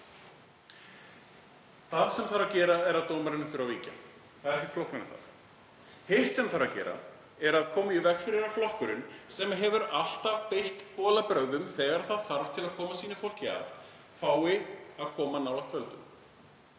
Það sem þarf að gerast er að dómararnir þurfa að víkja. Það er ekki flóknara en það. Hitt sem þarf að gera er að koma í veg fyrir að flokkurinn, sem hefur alltaf beitt bolabrögðum þegar þess þarf til að hann komi sínu fólki að, fái að koma nálægt völdum.